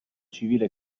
civile